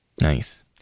Nice